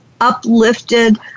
uplifted